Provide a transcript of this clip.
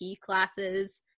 classes